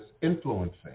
influencing